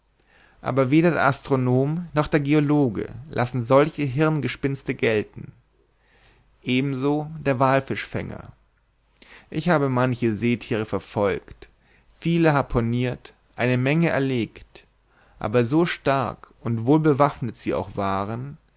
aber weder der astronom noch der geologe lassen solche hirngespinnste gelten ebenso der wallfischfänger ich habe manche seethiere verfolgt viele harpuniert eine menge erlegt aber so stark und wohl bewaffnet sie auch waren